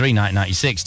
1996